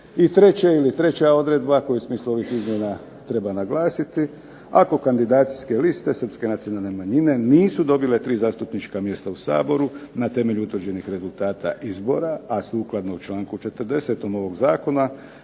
listi. I treća odredba koja u smislu ovih izmjena treba naglasiti, ako kandidacijske liste Srpske nacionalne manjine nisu dobile 3 zastupnička mjesta u Saboru na temelju utvrđenih rezultata izbora, a sukladno članku 40. ovog zakona